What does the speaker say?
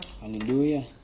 hallelujah